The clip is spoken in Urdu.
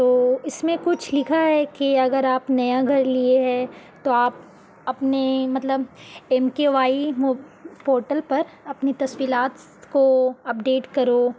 تو اس میں کچھ لکھا ہے کہ اگر آپ نیا گھر لیے ہے تو آپ اپنے مطلب ایم کے وائی پورٹل پر اپنی تفصیلات کو اپ ڈیٹ کرو